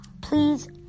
Please